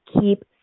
keep